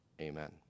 Amen